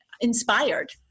inspired